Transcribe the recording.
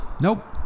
nope